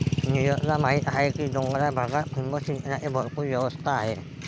नीरजला माहीत आहे की डोंगराळ भागात ठिबक सिंचनाची भरपूर व्यवस्था आहे